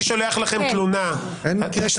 כן.